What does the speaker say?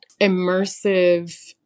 immersive